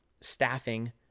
staffing